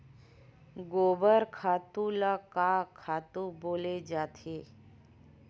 गोबर खातु ल का खातु बोले जाथे?